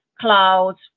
clouds